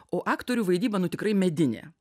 o aktorių vaidyba nu tikrai medinė